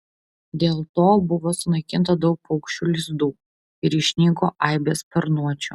dėl to buvo sunaikinta daug paukščių lizdų ir išnyko aibės sparnuočių